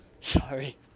Sorry